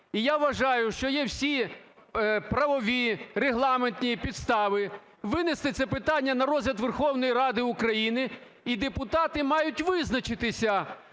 І я вважаю, що є всі правові, регламентні підстави винести це питання на розгляд Верховної Ради України, і депутати мають визначитися,